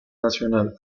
nacional